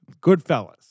Goodfellas